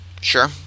sure